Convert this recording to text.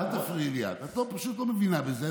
אל תפריעי לי, את פשוט לא מבינה בזה.